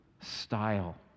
style